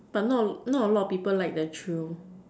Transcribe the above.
but not a not a lot of people like that thrill